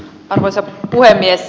arvoisa puhemies